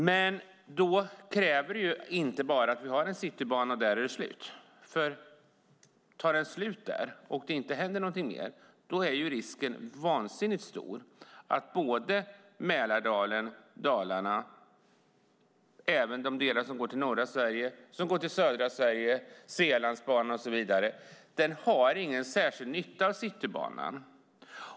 Men för detta krävs inte enbart Citybanan och sedan är det slut, för om det inte händer något mer är risken vansinnigt stor att varken Mälardalen, Dalarna, de delar som går till norra och södra Sverige eller Svealandsbanan har någon särskild nytta av Citybanan.